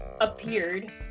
appeared